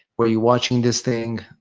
where you're watching this thing.